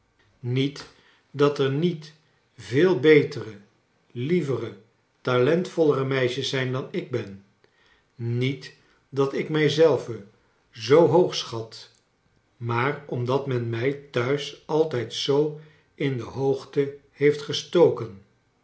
niet dat er niet veel betere lievere talentvollere meisjes zijn dan ik ben niet dat ik mij zelve zoo hoog achat maar omdat men mij thuis altijd zoo in de hoogte heeft gestoken